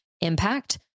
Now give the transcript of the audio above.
impact